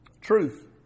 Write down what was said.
Truth